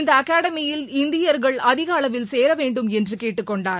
இந்த அகாடமியில் இந்தியர்கள் அதிக அளவில் சேர வேண்டும் என்று கேட்டுக் கொண்டார்